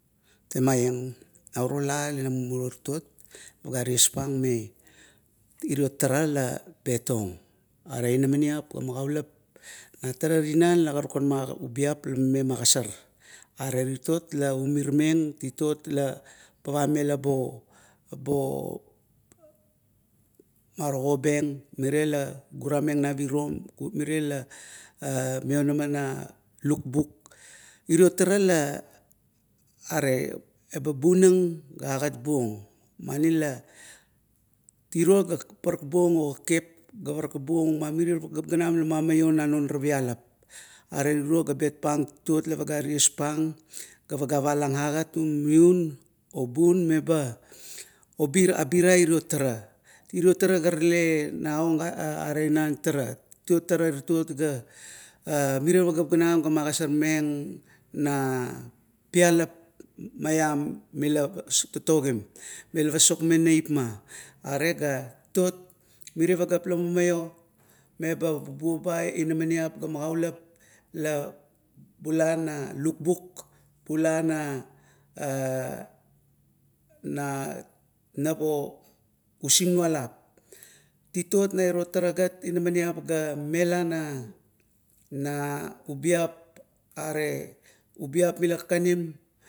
Temaieng nauro la ina mubo titot, tuga ties tung irio tara labetong la inamaniap ga magaulap, na tara tinan la karukan mau ubiap la mime magosar, are titot la umir meng, titot la pavamela bo maro kobeng, mire la gura meng na pirom, ga mirea la maionama na lukbuk. Irio tara la are eba bunang gat agat buong. Mani la tiro la parak buong okepkep ga parak mirier pageap ganam la maio na non ara pialap. Are tiro ka bet pang titot la pagea ties pang, ga pagea palang agat mium obun miba abira iro tara. Irio tara ga rale kauna gare inan tare, irio tara titot ga mirie pageap ganam ga magosor meng na pialap malam mila tatogim, la pasokmeng neipma are ga titot, mmirie pageap lamumaio meba bubua inama niap ga magaulap la bula na lukbuk buka na a na napo usingnualap. Titot na iro tara gat inamaniap ga mela na, na ubiap are ubiap mila kakanim.